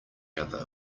other